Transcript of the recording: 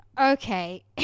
Okay